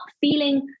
feeling